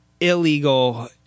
illegal